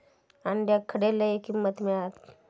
अंड्याक खडे लय किंमत मिळात?